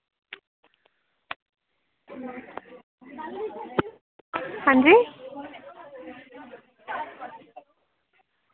हां जी